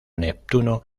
neptuno